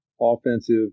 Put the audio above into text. offensive